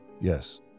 Yes